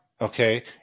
Okay